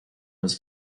was